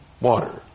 water